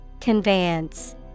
Conveyance